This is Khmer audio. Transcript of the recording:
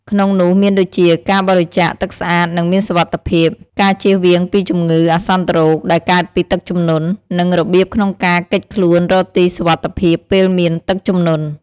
ក្នុងនោះមានដូចជា ការបរិភោគទឹកស្អាត និងមានសុវត្ថិភាព ការជៀសវាងពីជម្ងឺអាសន្នរោគដែលកើតពីទឹកជំនន់ និងរបៀបក្នុងការគេចខ្លួនរកទីសុវត្ថិភាពពេលមានទឹកជំនន់។